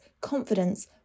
confidence